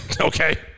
Okay